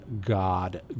god